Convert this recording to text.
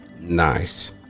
Nice